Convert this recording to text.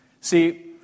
See